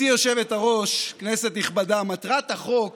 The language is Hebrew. גברתי היושבת-ראש, כנסת נכבדה, מטרת החוק